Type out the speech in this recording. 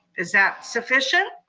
is that sufficient?